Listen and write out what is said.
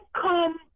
come